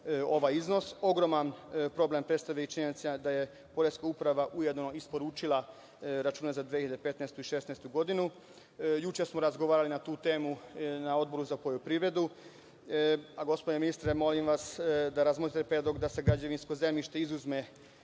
ovaj iznos. Ogroman problem predstavlja i činjenica da je Poreska uprava ujedno i isporučila račune za 2015. i 2016. godinu. Juče smo razgovarali na tu temu na Odboru za poljoprivredu. Gospodine ministre, molim vas da razmotrite predlog da se građevinsko zemljište izuzme